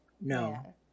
No